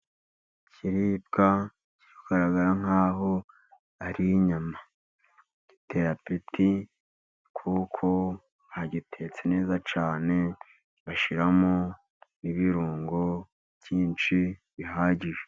Ikiribwa kigaragara nk'aho ari inyama giteye apeti kuko bagitetse neza cyane bashyiramo ibirungo bihagije.